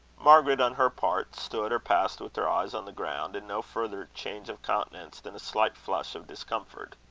margaret, on her part, stood or passed with her eyes on the ground, and no further change of countenance than a slight flush of discomfort.